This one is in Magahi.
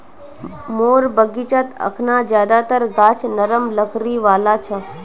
मोर बगीचात अखना ज्यादातर गाछ नरम लकड़ी वाला छ